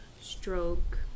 stroke